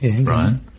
Brian